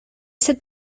ese